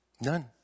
none